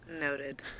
Noted